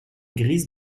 grise